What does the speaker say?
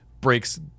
breaks